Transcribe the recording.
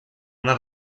una